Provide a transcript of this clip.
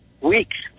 weeks